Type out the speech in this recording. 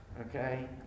Okay